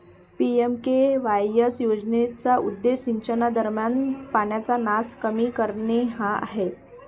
PMKSY योजनेचा उद्देश सिंचनादरम्यान पाण्याचा नास कमी करणे हा आहे